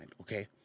okay